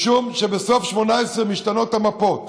משום שבסוף 2018 משתנות המפות,